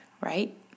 right